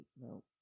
no